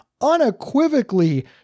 unequivocally